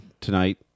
tonight